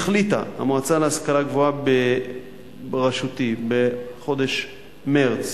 החליטה המועצה להשכלה גבוהה בראשותי בחודש מרס